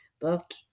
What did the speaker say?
book